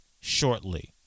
shortly